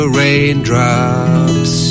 raindrops